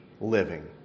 living